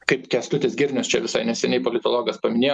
kaip kęstutis girnius čia visai neseniai politologas paminėjo